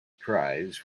prize